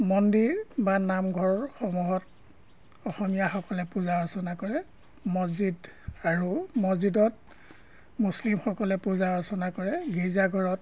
মন্দিৰ বা নামঘৰসমূহত অসমীয়াসকলে পূজা অৰ্চনা কৰে মছজিদ আৰু মছজিদত মুছলিমসকলে পূজা অৰ্চনা কৰে গীৰ্জা ঘৰত